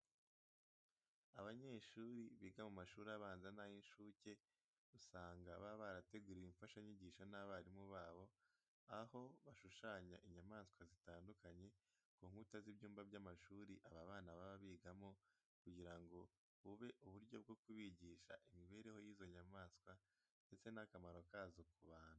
Abanyeshuri biga mu mashuri abanza n'ay'incuke usanga baba barateguriwe imfashanyigisho n'abarimu babo, aho bashushanya inyamaswa zitandukanye ku nkuta z'ibyumba by'amashuri aba bana baba bigamo kugira ngo bube uburyo bwo kubigisha imibereho y'izo nyamaswa ndetse n'akamaro kazo ku bantu.